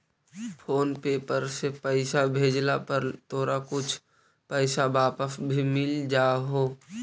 phone पे पर से पईसा भेजला पर तोरा कुछ पईसा वापस भी मिल जा हो